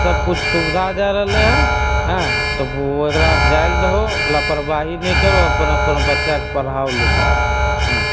सबकिछु सुबिधा दए रहलै हन एँ तऽ ओ एकरा जाइ लए दहो लापरबाही नहि करहो अपन अपन बच्चाके पढ़ाउ लिखाउ एँ